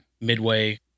midway